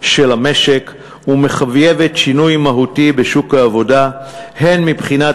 של המשק ומחייבת שינוי מהותי בשוק העבודה הן מבחינת